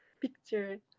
picture